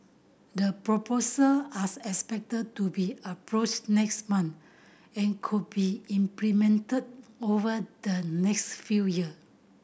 the proposal as expected to be approved next month and could be implemented over the next few year